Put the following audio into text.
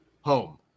Home